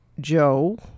Joe